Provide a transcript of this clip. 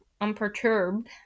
unperturbed